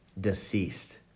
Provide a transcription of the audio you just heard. deceased